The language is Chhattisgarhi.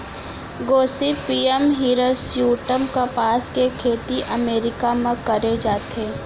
गोसिपीयम हिरस्यूटम कपसा के खेती अमेरिका म करे जाथे